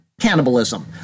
Cannibalism